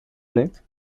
plait